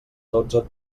dotze